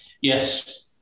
Yes